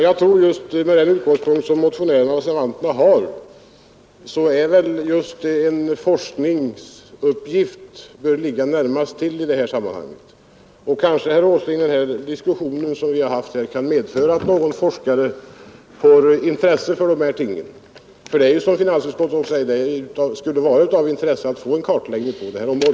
Jag tror att med den utgångspunkt Utredning angående som motionärerna och reservanterna har bör just en forskningsuppgift kapitalmarknadens ligga närmast till i sammanhanget. Kanske, herr Åsling, den diskussion funktion, m.m. som vi har haft kan medföra att någon forskare får intresse för de här tingen. Som finansutskottet säger skulle det ju vara av intresse att få en kartläggning på det här området.